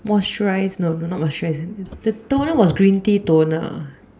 moisturize no no not moisturize the toner was green tea toner